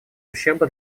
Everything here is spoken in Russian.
ущерба